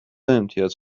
امتیاز